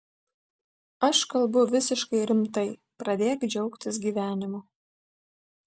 aš kalbu visiškai rimtai pradėk džiaugtis gyvenimu